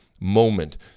moment